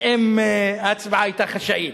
אם ההצבעה היתה חשאית.